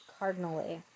cardinally